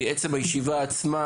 כי עצם הישיבה עצמה